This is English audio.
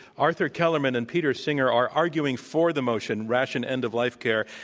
arthur kellermann and peter singer are arguing for the motion ration end-of-life care.